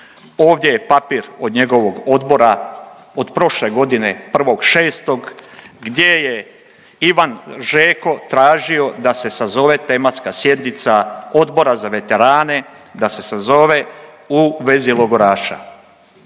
ovdje je papir od njegovog odbora od prošle godine 1.6. gdje je Ivan Žeko tražio da se sazove tematska sjednica Odbora za veterane, da se sazove u vezi logoraša.